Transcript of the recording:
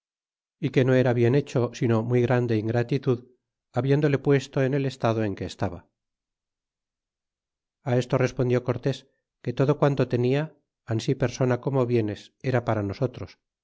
y que no era bien hecho sino muy grande ingratitud habiéndole puesto en el estado en que estaba a esto respondió cortés que todo quanto tenia ansi persona como bienes era para nosotros